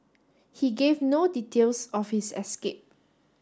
he gave no details of his escape